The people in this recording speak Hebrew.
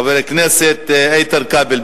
חבר הכנסת איתן כבל,